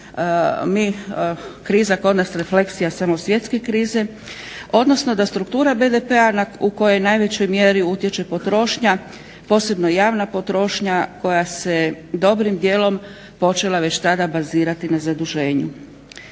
mi kriza kod nas refleksija samo svjetske krize, odnosno da struktura BDP-a u kojoj najvećoj mjeri utječe potrošnja posebno javna potrošnja koja se dobrim dijelom već dana bazirati na zaduženju.